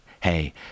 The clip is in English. hey